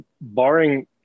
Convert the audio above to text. Barring